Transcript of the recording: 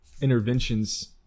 interventions